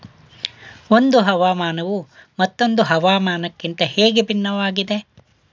ಒಂದು ಹವಾಮಾನವು ಮತ್ತೊಂದು ಹವಾಮಾನಕಿಂತ ಹೇಗೆ ಭಿನ್ನವಾಗಿದೆ?